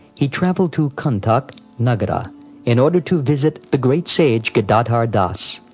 he travelled to kanthak nagara in order to visit the great sage gadadhar das,